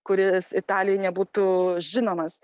kuris italijai nebūtų žinomas